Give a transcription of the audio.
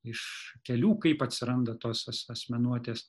iš kelių kaip atsiranda tos as asmenuotes